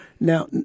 now